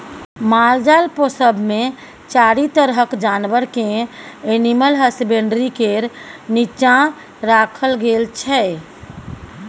मालजाल पोसब मे चारि तरहक जानबर केँ एनिमल हसबेंडरी केर नीच्चाँ राखल गेल छै